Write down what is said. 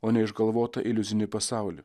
o ne išgalvotą iliuzinį pasaulį